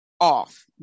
off